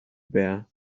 bear